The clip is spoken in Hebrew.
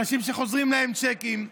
אנשים שחוזרים להם צ'קים,